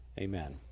Amen